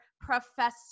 professor